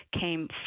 came